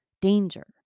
danger